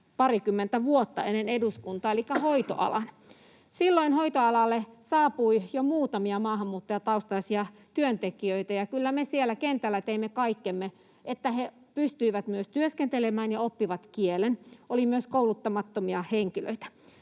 parikymmentä vuotta ennen eduskuntaa, elikkä hoitoalan. Silloin hoitoalalle saapui jo muutamia maahanmuuttajataustaisia työntekijöitä, ja kyllä me siellä kentällä teimme kaikkemme, että he pystyivät myös työskentelemään ja oppivat kielen. Oli myös kouluttamattomia henkilöitä.